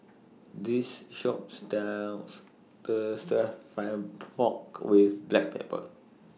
This Shop stirs The Stir Fry Pork with Black Pepper